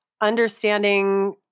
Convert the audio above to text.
Understanding